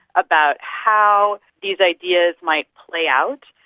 about how these ideas might play out.